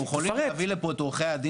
אנחנו יכולים להביא לפה את עורכי הדין